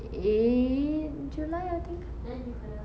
eight july I think